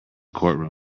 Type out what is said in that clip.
courtroom